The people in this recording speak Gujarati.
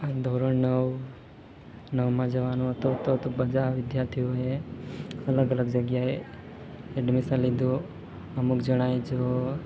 આ ધોરણ નવ નવમાં જવાનું હતું તો તો બધા વિદ્યાર્થીઓએ અલગ અલગ જગ્યાએ એડમિશન લીધું અમુક જણાએ જો